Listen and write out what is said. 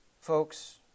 Folks